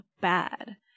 bad